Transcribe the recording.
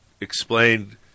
explained